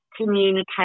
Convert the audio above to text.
communicate